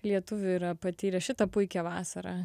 lietuvių yra patyrę šitą puikią vasarą